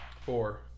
Four